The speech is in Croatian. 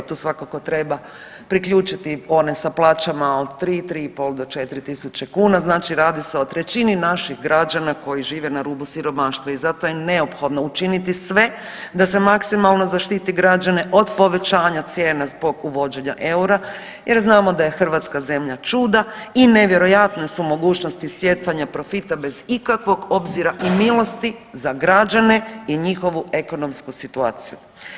Tu svakako treba priključiti one sa plaćama od 3, 3,5 do 4.000 kuna znači radi se o trećini naših građana koji žive na rubu siromaštva i zato je neophodno učiniti sve da se maksimalno zaštiti građane od povećanja cijena zbog uvođenja eura jer znamo da je Hrvatska zemlja čuda i nevjerojatne su mogućnosti stjecanja profita bez ikakvog obzira i milosti za građane i njihovu ekonomsku situaciju.